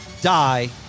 die